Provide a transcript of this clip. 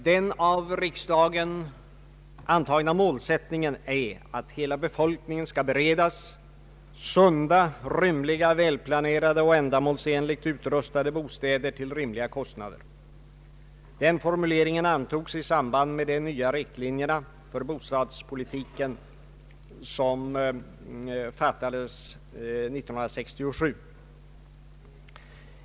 Den av riksdagen antagna målsättningen är att hela befolkningen skall beredas sunda, rymliga, välplanerade och ändamålsenligt utrustade bostäder till rimliga kostnader. Den formuleringen antogs i samband med de nya riktlinjer för bostadspolitiken som fattades år 1967.